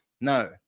No